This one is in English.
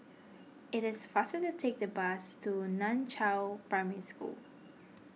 it is faster to take the bus to Nan Chiau Primary School